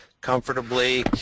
comfortably